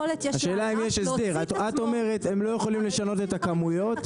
את אומרת הם לא יכולים לשנות את הכמויות,